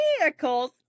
vehicles